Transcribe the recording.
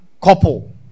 couple